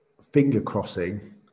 finger-crossing